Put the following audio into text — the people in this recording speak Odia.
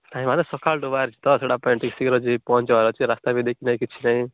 ନାଇଁ ମାନେ ସକାଳୁ ଠୁ ବାହାରିଛି ତ ସେଗୁଡ଼ା ପାଇଁ ଶୀଘ୍ର ଯାଇ ପହଞ୍ଚିବାର ଅଛି ରାସ୍ତା ବି ଦେଖିନାଇଁ କିଛି ନାଇଁ